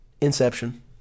Inception